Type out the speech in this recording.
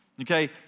Okay